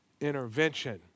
intervention